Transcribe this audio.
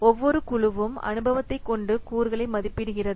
ஒவ்வொரு குழுவும் அனுபவத்தை கொண்டு கூறுகளை மதிப்பிடுகிறது